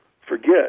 forget